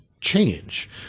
change